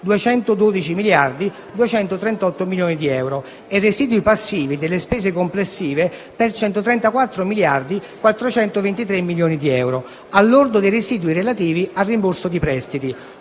212.238 milioni di euro e residui passivi delle spese complessive per 134.423 milioni di euro, al lordo dei residui relativi al rimborso di prestiti,